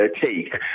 take